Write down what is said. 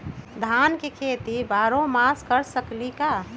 धान के खेती बारहों मास कर सकीले का?